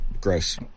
gross